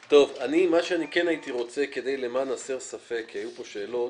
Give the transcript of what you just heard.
הייתי רוצה, למען הסר ספק, כי היו פה שאלות,